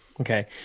Okay